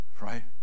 Right